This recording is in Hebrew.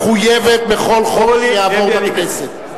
מחויבת בכל חוק שיעבור בכנסת.